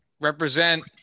Represent